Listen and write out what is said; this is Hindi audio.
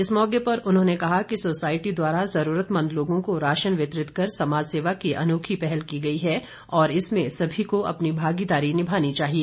इस मौके पर उन्होंने कहा कि सोसाईटी द्वारा जरूरतमद लोागों को राशन वितरित कर समाज सेवा की अनोखी पहल की गई है और इसमें सभी को अपनी भागीदारी निभानी चाहिए